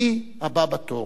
מי הבא בתור?